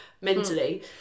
mentally